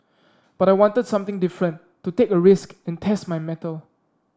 but I wanted something different to take a risk and test my mettle